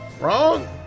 Wrong